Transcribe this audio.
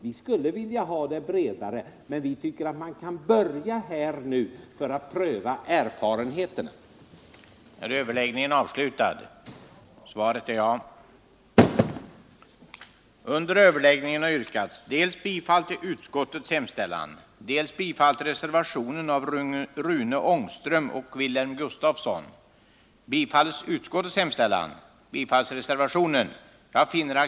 Men även om vi i och för sig skulle vilja bredda denna krets, tycker vi att man nu kan börja med den, för att få tillfälle att pröva de erfarenheter som detta kan ge.